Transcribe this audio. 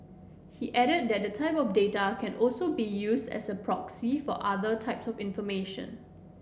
he added that the data can also be used as a proxy for other types of information